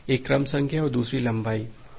एक क्रम संख्या और दूसरी लंबाई है